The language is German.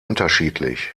unterschiedlich